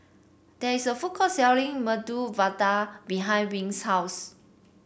there is a food court selling Medu Vada behind Wing's house